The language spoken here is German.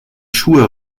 schuhe